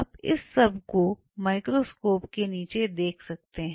आप इस सब को माइक्रोस्कोप के नीचे देख सकते हैं